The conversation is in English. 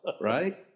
right